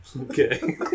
Okay